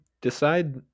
decide